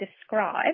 describe